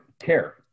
care